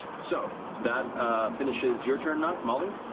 so that finishes your turn, nott. molly.